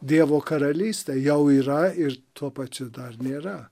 dievo karalyste jau yra ir tuo pačiu dar nėra